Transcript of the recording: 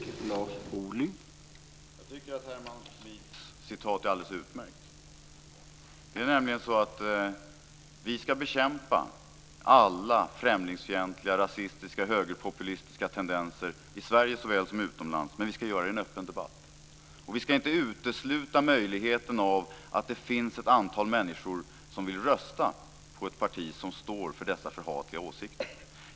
Herr talman! Jag tycker att Herman Schmids citat är alldeles utmärkt. Det är nämligen så att vi ska bekämpa alla främlingsfientliga, rasistiska, högerpopulistiska tendenser i Sverige såväl som utomlands, men vi ska göra det i en öppen debatt. Och vi ska inte utesluta möjligheten att det finns ett antal människor som vill rösta på ett parti som står för dessa förhatliga åsikter.